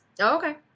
Okay